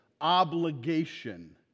obligation